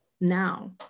now